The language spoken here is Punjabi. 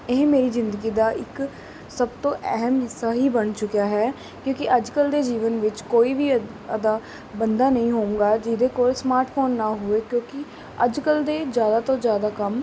ਇਹ ਮੇਰੀ ਜ਼ਿੰਦਗੀ ਦਾ ਇੱਕ ਸਭ ਤੋਂ ਅਹਿਮ ਹਿੱਸਾ ਹੀ ਬਣ ਚੁੱਕਿਆ ਹੈ ਕਿਉਂਕਿ ਅੱਜ ਕੱਲ੍ਹ ਦੇ ਜੀਵਨ ਵਿੱਚ ਕੋਈ ਵੀ ਅਦਾ ਬੰਦਾ ਨਹੀਂ ਹੋਊਗਾ ਜਿਹਦੇ ਕੋਲ ਸਮਾਰਟ ਫੋਨ ਨਾ ਹੋਵੇ ਕਿਉਂਕਿ ਅੱਜ ਕੱਲ੍ਹ ਦੇ ਜ਼ਿਆਦਾ ਤੋਂ ਜ਼ਿਆਦਾ ਕੰਮ